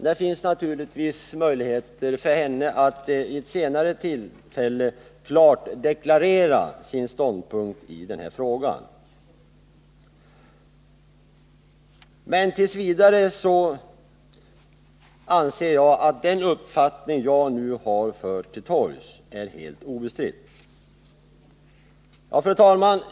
Det finns naturligtvis möj för henne att vid senare tillfälle klart deklarera sin ståndpunkt i den här frågan. T. v. anser jag att den uppfattning jag nu fört till torgs är helt obestridd. Fru talman!